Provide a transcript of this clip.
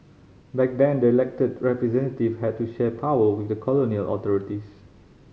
back then the elected representative had to share power with the colonial authorities